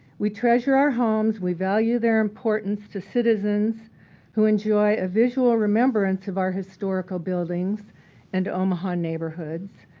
we treasure our homes. we value their importance to citizens who enjoy a visual remembrance of our historical buildings and omaha neighborhoods,